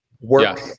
work